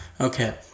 Okay